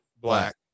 black